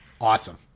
awesome